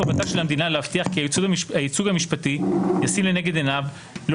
חובתה של המדינה להבטיח כי הייצוג המשפטי ישים לנגד עיניו לא